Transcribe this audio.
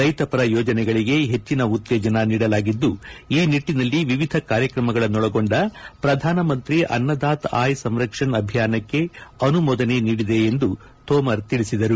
ರೈತಪರ ಯೋಜನೆಗಳಿಗೆ ಹೆಚ್ಚಿನ ಉತ್ತೇಜನ ನೀಡಲಾಗಿದ್ದು ಈ ನಿಟ್ಟಿನಲ್ಲಿ ವಿವಿಧ ಕಾರ್ಯಕ್ರಮಗಳನ್ನೊಳಗೊಂಡ ಪ್ರಧಾನಮಂತ್ರಿ ಅನ್ನದಾತ ಆಯ್ ಸಂರಕ್ಷಣ್ ಅಭಿಯಾನಕ್ಕೆ ಅನುಮೋದನೆ ನೀಡಿದೆ ಎಂದು ತೋಮರ್ ತಿಳಿಸಿದರು